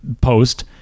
post